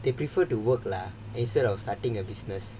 they prefer to work lah instead of starting a business